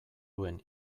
duen